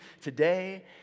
today